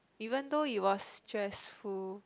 even though it was stressful